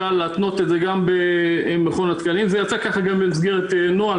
להתנות את זה גם במכון התקנים וזה יוצא ככה גם במסגרת נוהל,